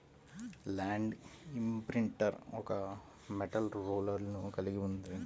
land imprinter ఒక metal రోలర్ను కలిగి ఉంటుంది